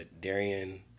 Darian